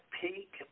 peak